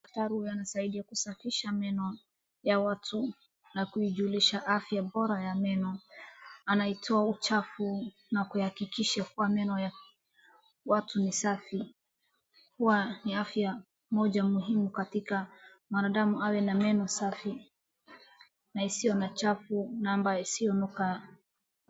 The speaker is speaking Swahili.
Daktari huyu anasaidia kusafisha meno ya watu na kuijulisha afya bora ya meno, anaitoa uchafu na kuhakikisha kuwa meno ya watu ni safi, huwa ni afya muhimu katika mwanadamu awe na meno safi na isiyo na chafu na ambayo isiyonuka.